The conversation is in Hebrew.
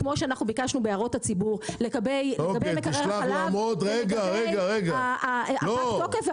כמו שאנחנו ביקשנו בהערות הציבור לגבי מקרר החלב ולגבי פגי התוקף,